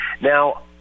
now